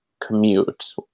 commute